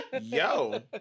yo